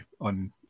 on